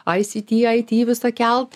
aisiti ai ti į visą kelt